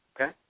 okay